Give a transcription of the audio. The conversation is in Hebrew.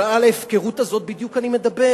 על ההפקרות הזאת בדיוק אני מדבר.